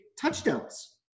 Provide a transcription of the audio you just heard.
touchdowns